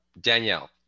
Danielle